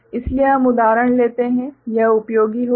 इसलिए हम उदाहरण लेते हैं यह उपयोगी होगा